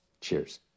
Cheers